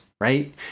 right